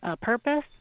purpose